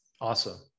Awesome